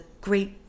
great